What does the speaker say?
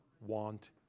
want